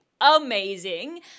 amazing